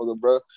bro